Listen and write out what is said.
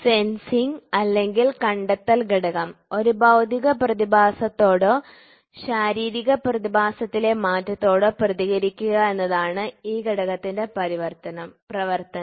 sensing അല്ലെങ്കിൽ കണ്ടെത്തൽ ഘടകം ഒരു ഭൌതിക പ്രതിഭാസത്തോടോ ശാരീരിക പ്രതിഭാസത്തിലെ മാറ്റത്തോടോ പ്രതികരിക്കുക എന്നതാണ് ഈ ഘടകത്തിന്റെ പ്രവർത്തനം